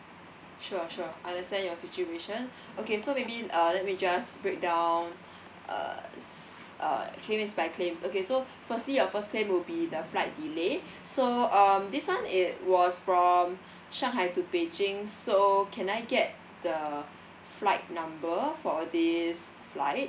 sure sure understand your situation okay so maybe uh let me just breakdown err s~ err claims by claims okay so firstly your first claim will be the flight delay so um this one it was from shanghai to beijing so can I get the flight number for this flight